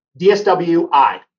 DSWI